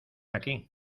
aquí